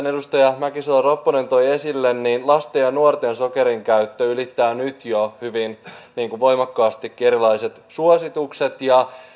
edustaja mäkisalo ropponen toi esille lasten ja nuorten sokerin käyttö ylittää jo nyt hyvin voimakkaastikin erilaiset suositukset ja